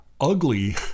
ugly